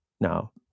now